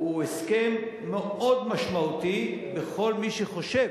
הוא הסכם מאוד משמעותי לכל מי שחושב